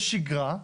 יש שגרה,